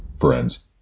Friends